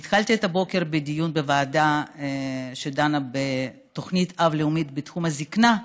אני התחלתי את הבוקר בדיון בוועדה שדנה בתוכנית אב לאומית בתחום הזקנה,